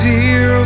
Dear